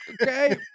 Okay